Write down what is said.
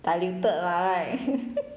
diluted mah right